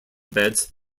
beds